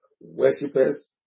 worshippers